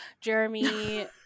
Jeremy